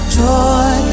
joy